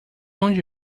onde